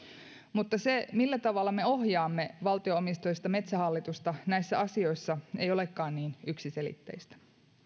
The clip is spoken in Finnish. mutta se millä tavalla me ohjaamme valtio omisteista metsähallitusta näissä asioissa ei olekaan niin yksiselitteistä